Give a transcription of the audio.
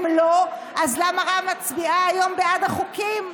אם לא, אז למה רע"מ מצביעה היום בעד החוקים?